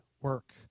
work